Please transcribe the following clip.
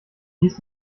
dies